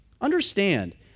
Understand